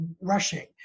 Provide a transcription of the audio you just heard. rushing